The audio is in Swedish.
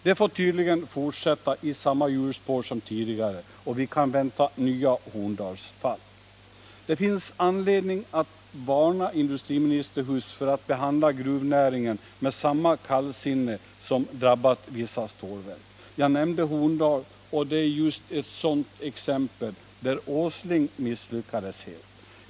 Det får tydligen fortsätta i samma hjulspår som tidigare, och vi kan vänta nya Det finns anledning att varna industriminister Huss för att behandla gruvnäringen med samma kallsinne som vissa stålverk utsatts för. Jag nämnde Horndal, och det är just ett sådant exempel på ett fall där herr Åsling misslyckades helt.